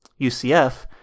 UCF